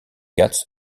ghâts